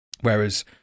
Whereas